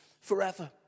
forever